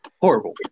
Horrible